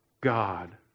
God